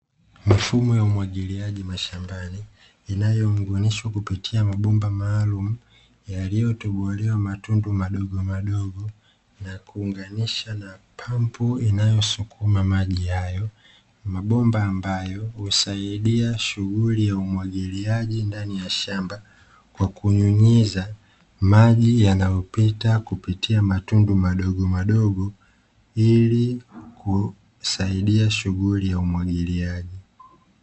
Mifumo ya umwagiliaji mashambani inayongunishwa kupitia mabomba maalumu yaliyotobolewa matundu madogomadogo na kuunganisha na pampu inayosukuma maji hayo ya mabomba, ambayo husaidia shughuli ya umwagiliaji ndani ya shamba kwa kunyunyiza maji yanayopita kupitia matundu madogo madogo ili kusaidia shughuli ya umwagiliaji.